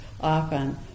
often